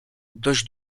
dość